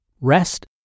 rest